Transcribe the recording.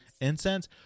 Incense